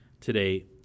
today